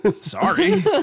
Sorry